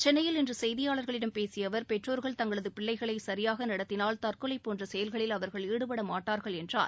சென்னையில் இன்று செய்தியாளர்களிடம் பேசிய அவர் பெற்றோர்கள் தங்களது பிள்ளைகளை சரியாக நடத்தினால் தற்கொலை போன்ற செயல்களில் அவர்கள் ஈடுபடமாட்டார்கள் என்றார்